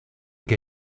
que